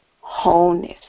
wholeness